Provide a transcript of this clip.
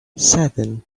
seven